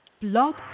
Blog